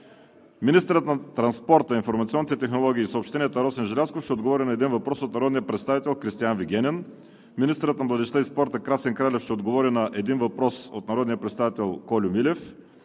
Министърът на транспорта, информационните технологии и съобщенията Росен Желязков ще отговори на един въпрос от народния представител Кристиан Вигенин. 6. Министърът на младежта и спорта Красен Кралев ще отговори на един въпрос от народния представител Кольо Милев.